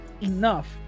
enough